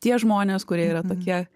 tie žmonės kurie yra tokie